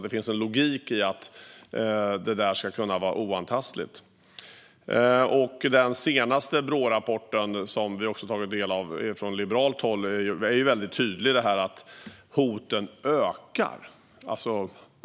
Det finns en logik i att det ska kunna vara oantastligt. I den senaste rapporten från Brå som Liberalerna har tagit del av är det tydligt att hoten ökar.